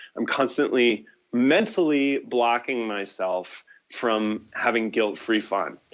i am constantly mentally blocking myself from having guilt free fun.